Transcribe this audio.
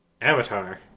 Avatar